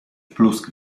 plusk